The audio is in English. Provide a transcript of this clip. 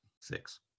Six